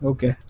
Okay